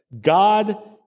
God